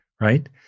right